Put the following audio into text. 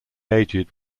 aged